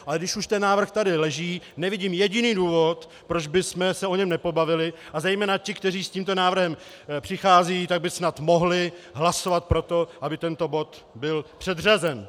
Ale když už ten návrh tady leží, nevidím jediný důvod, proč bychom se o něm nepobavili, a zejména ti, kteří s tímto návrhem přicházejí, by snad mohli hlasovat pro to, aby tento bod byl předřazen.